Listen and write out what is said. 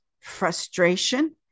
frustration